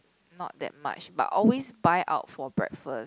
not that much but always buy out for breakfast